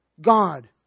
God